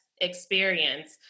experience